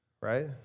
right